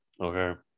Okay